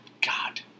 God